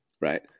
Right